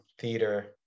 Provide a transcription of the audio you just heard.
theater